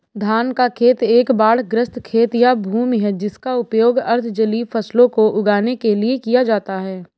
धान का खेत एक बाढ़ग्रस्त खेत या भूमि है जिसका उपयोग अर्ध जलीय फसलों को उगाने के लिए किया जाता है